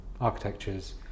architectures